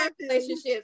relationships